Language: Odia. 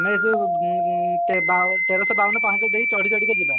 ଆମେ ଯୋଉ ତେରଶହ ବାଉନ ପାହାଚ ଦେଇ ଚଢ଼ି ଚଢ଼ିକି ଯିବା